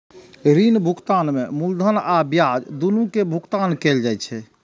ऋण भुगतान में मूलधन आ ब्याज, दुनू के भुगतान कैल जाइ छै